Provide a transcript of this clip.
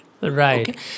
Right